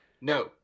No